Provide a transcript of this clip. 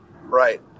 Right